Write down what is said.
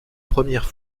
première